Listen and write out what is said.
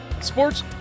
sports